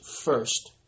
first